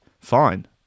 Fine